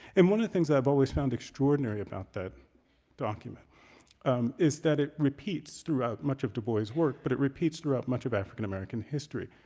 and one of the things i've always found extraordinary about that document is that it repeats throughout much of dubois' work, but it repeats throughout much of african-american history.